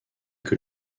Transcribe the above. que